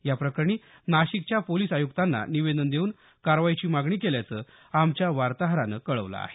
याप्रकरणी नाशिकच्या पोलीस आयुक्तांना निवेदन देऊन कारवाईची मागणी केल्याचं आमच्या वार्ताहरानं कळवलं आहे